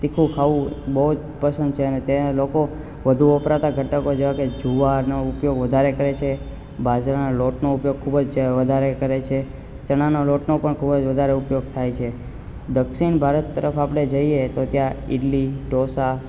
તીખું ખાવું બહુ જ પસંદ છે અને તે લોકો વધુ વપરાતા ઘટકો જેવા કે જુવારનો ઉપયોગ વધારે કરે છે બાજરાના લોટનો ઉપયોગ ખુબજ વધારે કરે છે ચણાના લોટનો પણ ખૂબ જ વધારે ઉપયોગ થાય છે દક્ષિણ ભારત તરફ આપણે જઈએ તો ત્યાં ઈડલી ઢોંસા